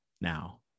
now